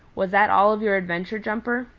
was that all of your adventure, jumper?